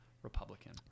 Republican